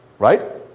right?